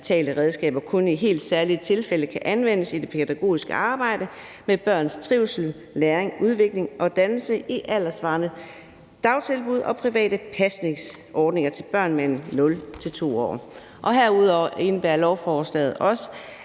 at digitale redskaber kun i helt særlige tilfælde kan anvendes i det pædagogiske arbejde med børns trivsel, læring, udvikling og dannelse i alderssvarende dagtilbud og private pasningsordninger til børn mellem 0 og 2 år. Herudover indebærer lovforslaget også,